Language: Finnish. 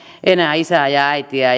enää isää ja äitiä